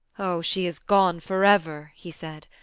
oh, she is gone for ever, he said.